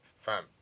Fam